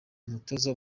umutoza